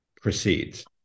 proceeds